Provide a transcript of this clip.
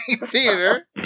theater